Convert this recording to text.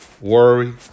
worry